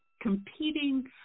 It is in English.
competing